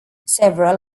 several